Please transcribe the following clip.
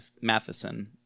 Matheson